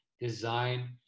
design